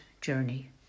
journey